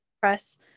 press